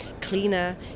Cleaner